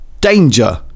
danger